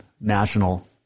national